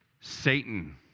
Satan